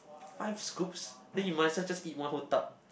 five scoops then you might as well just eat one whole tub